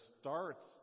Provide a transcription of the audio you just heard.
starts